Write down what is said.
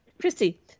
christy